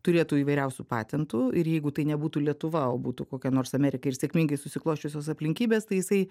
turėtų įvairiausių patentų ir jeigu tai nebūtų lietuva o būtų kokia nors amerika ir sėkmingai susiklosčiusios aplinkybės tai jisai